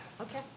Okay